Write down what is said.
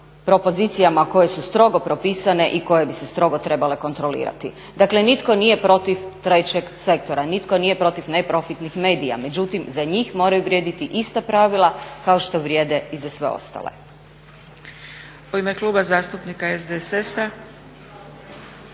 propozicijama koje su strogo propisane i koje bi se strogo trebale kontrolirati. Dakle nitko nije protiv trećeg sektora, nitko nije protiv neprofitnih medija, međutim za njih moraju vrijediti ista pravila kao što vrijede i za sve ostale.